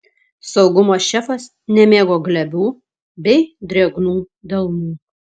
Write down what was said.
saugumo šefas nemėgo glebių bei drėgnų delnų